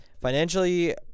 Financially